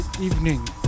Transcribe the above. evening